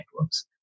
networks